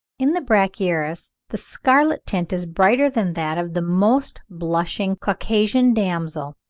in the brachyurus the scarlet tint is brighter than that of the most blushing caucasian damsel.